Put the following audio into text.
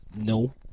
No